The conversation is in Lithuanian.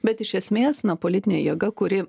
bet iš esmės na politinė jėga kuri